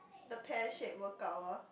the pear shaped workout ah